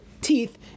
teeth